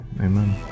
amen